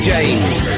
James